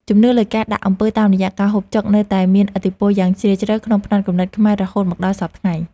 ជំនឿលើការដាក់អំពើតាមរយៈការហូបចុកនៅតែមានឥទ្ធិពលយ៉ាងជ្រាលជ្រៅក្នុងផ្នត់គំនិតខ្មែររហូតមកដល់សព្វថ្ងៃ។